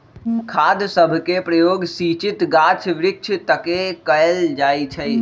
खाद सभके प्रयोग सिंचित गाछ वृक्ष तके कएल जाइ छइ